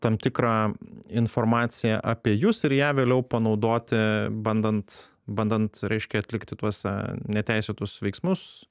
tam tikrą informaciją apie jus ir ją vėliau panaudoti bandant bandant reiškia atlikti tuos e neteisėtus veiksmus